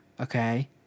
okay